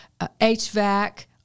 HVAC